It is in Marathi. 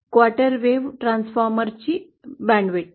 क्वार्टर वेव्ह ट्रान्सफॉर्मरची बँड रुंदी